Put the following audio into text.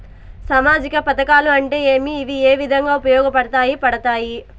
సామాజిక పథకాలు అంటే ఏమి? ఇవి ఏ విధంగా ఉపయోగపడతాయి పడతాయి?